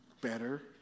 better